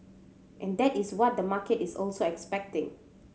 and that is what the market is also expecting